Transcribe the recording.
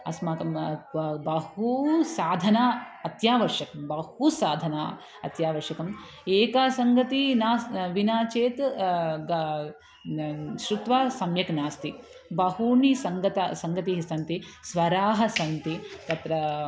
अस्माकं ब बहू साधना अत्यावश्यकं बहु साधना अत्यावश्यकम् एका सङ्गति नास् विना चेत् गा न श्रुत्वा सम्यक् नास्ति बहूनि सङ्गत सङ्गतयः सन्ति स्वराः सन्ति तत्र